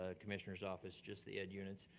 ah commissioner's office, just the ed units.